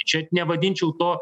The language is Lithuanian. čia nevadinčiau to